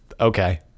okay